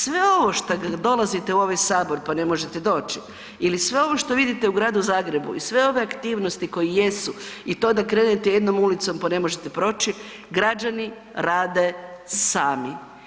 Sve ovo što dolazite u ovaj Sabor pa ne možete doći ili sve ovo što vidite u Gradu Zagrebu i sve ove aktivnosti koji jesu i to da krenete jednom ulicom pa ne možete proći, građani rade sami.